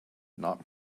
not